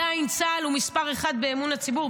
צה"ל הוא עדיין מספר אחת באמון הציבור.